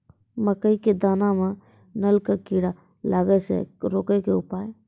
मकई के दाना मां नल का कीड़ा लागे से रोकने के उपाय?